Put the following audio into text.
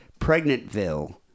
Pregnantville